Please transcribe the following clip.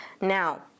Now